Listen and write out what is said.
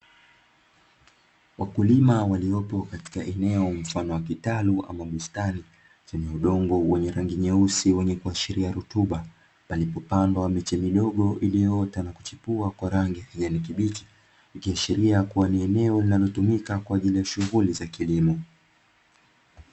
Wakulima waliopo katika eneo mfano wa kitalu ama bustani chenye udongo wenye rangi nyeusi wenye kuashiria rutuba palipopandwa miche midogo, iliyoota na kuchipua kwa rangi ya kijani kibichi ikiashiria kuwa ni eneo linalotumika kwa ajili ya shughuli za kilimo.